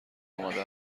آماده